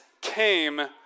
came